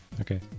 Okay